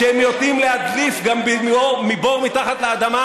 שהם יודעים להדליף גם מבור מתחת לאדמה